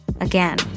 Again